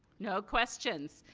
no questions.